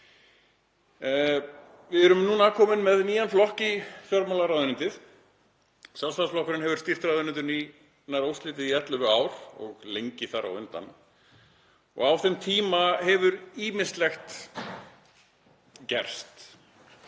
Við erum núna komin með nýjan flokk í fjármálaráðuneytið. Sjálfstæðisflokkurinn hefur stýrt ráðuneytinu nær óslitið í ellefu ár og lengi þar á undan og á þeim tíma hefur ýmislegt gerst.